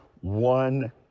one